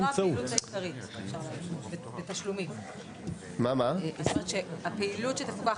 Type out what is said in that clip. אבל זוהי לא הפעילות העיקרית בתשלומים; הפעילות שתפוקח